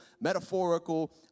metaphorical